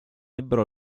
ebbero